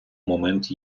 момент